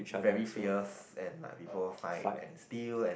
very fierce and like people fight and steal and